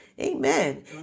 Amen